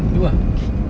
tu ah